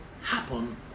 happen